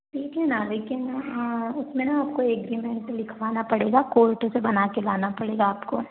देखिए ना लेकिन उसमें आपको एग्रीमेंट लिखवाना पड़ेगा कोर्ट से बनवा के लाना पड़ेगा आपको